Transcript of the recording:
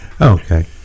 Okay